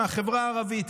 מהחברה הערבית,